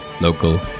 local